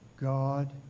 God